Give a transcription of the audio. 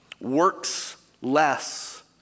works-less